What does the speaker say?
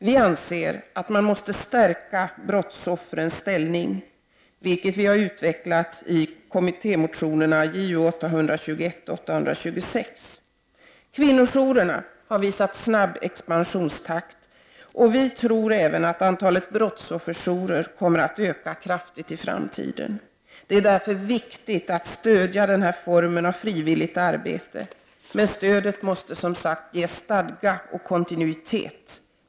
Vi anser att man måste stärka brottsoffrens ställning, vilket vi har utvecklat i kommittémotionerna Ju821 och 826. Kvinnojourerna har visat snabb expansionstakt, och vi tror att antalet brottsofferjourer kommer att öka kraftigt i framtiden. Det är därför viktigt att stödja denna form av frivilligt arbete, men stödet måste som sagt ges stadga och kontinuitet.